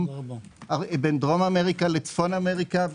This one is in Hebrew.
בין דרום אמריקה לצפון אמריקה,